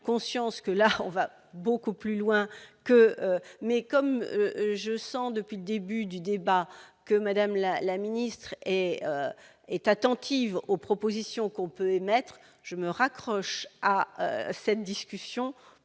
conscience que l'argent on va beaucoup plus loin que mais comme je sens depuis le début du débat que Madame la la ministre et est attentive aux propositions qu'on peut émettre je me raccroche à cette discussion